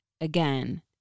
again